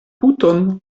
puton